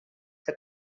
que